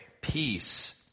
peace